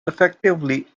effectively